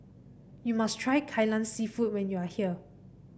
you must try Kai Lan seafood when you are here